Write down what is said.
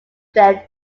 their